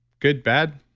good, bad?